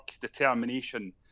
determination